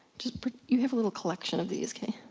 you have a little collection, of these ok?